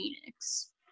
Phoenix